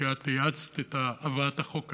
כי את האצת את הבאת החוק היום.